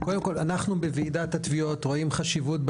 קודם כל אנחנו בוועידת התביעות רואים חשיבות,